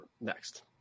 next